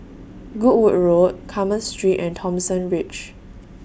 Goodwood Road Carmen Street and Thomson Ridge